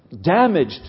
damaged